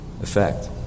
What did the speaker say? effect